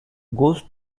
goes